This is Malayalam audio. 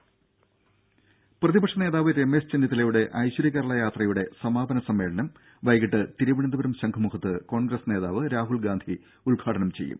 രുര പ്രതിപക്ഷ നേതാവ് രമേശ് ചെന്നിത്തലയുടെ ഐശ്വര്യ കേരള യാത്രയുടെ സമാപന സമ്മേളനം വൈകിട്ട് തിരുവനന്തപുരം ശംഖുമുഖത്ത് കോൺഗ്രസ് നേതാവ് രാഹുൽഗാന്ധി ഉദ്ഘാടനം ചെയ്യും